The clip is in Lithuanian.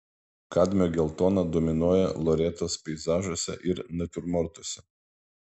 kadmio geltona dominuoja loretos peizažuose ir natiurmortuose